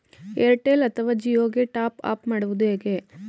Airtel ಅಥವಾ ಜಿಯೊ ಗೆ top up ಮಾಡುವುದು ಹೇಗೆ?